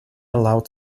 allowed